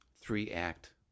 three-act